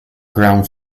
ground